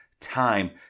time